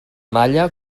malla